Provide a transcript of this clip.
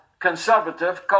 conservative